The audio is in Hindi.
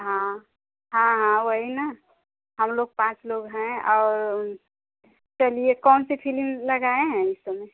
हाँ हाँ हाँ वही न हम लोग पाँच लोग हैं और चलिए कौन सी फिलिम लगाए हैं इस समय